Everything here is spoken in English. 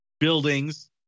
Buildings